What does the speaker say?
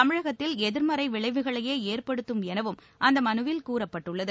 தமிழகத்தில் எதிர்மறை விளைவுகளையே ஏற்படுத்தும் எனவும் அந்த மனுவில் கூறப்பட்டுள்ளது